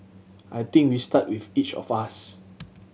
I think we start with each of us